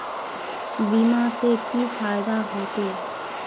बीमा से की फायदा होते?